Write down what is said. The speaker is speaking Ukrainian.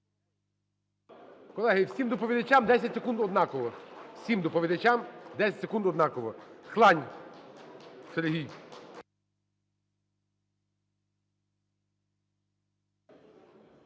Колеги, всім доповідачам 10 секунд, однаково. Всім